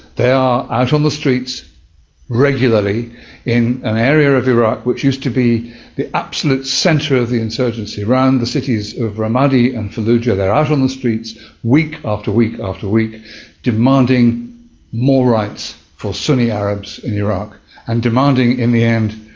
they are out on the streets regularly in an area of iraq which used to be the absolute centre of the insurgency, around the cities of ramadi and fallujah they are out on streets week after week after week demanding more rights for sunni arabs in iraq and demanding, in the end,